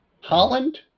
Holland